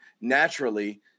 Naturally